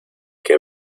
que